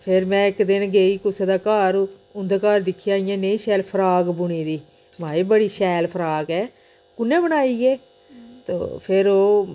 फेर में इक दिन गेई कुसै दे घर उंदे घर दिक्खेआ इ'यां नेही शैल फ्राक बुनी दी माए बडी शैल फ्राक ऐ कुन्नै बनाई ऐ ते फिर ओह्